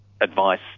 advice